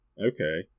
Okay